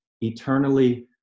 eternally